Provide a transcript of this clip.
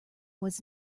was